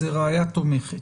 זה ראיה תומכת.